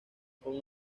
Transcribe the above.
con